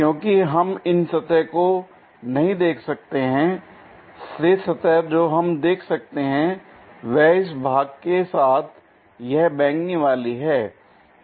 क्योंकि हम इन सतहों को नहीं देख सकते हैंशेष सतह जो हम देख सकते हैं वह इस भाग के साथ यह बैंगनी वाली है